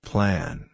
Plan